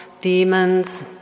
demons